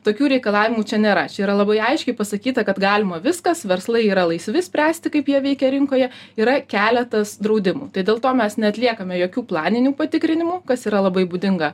tokių reikalavimų čia nėra čia yra labai aiškiai pasakyta kad galima viskas verslai yra laisvi spręsti kaip jie veikia rinkoje yra keletas draudimų tai dėl to mes neatliekame jokių planinių patikrinimų kas yra labai būdinga